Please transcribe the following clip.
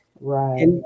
Right